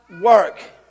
work